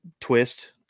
twist